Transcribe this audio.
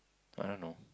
I don't know